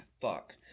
fuck